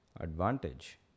advantage